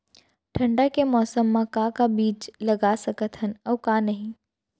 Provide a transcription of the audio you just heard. ठंडा के मौसम मा का का बीज लगा सकत हन अऊ का नही?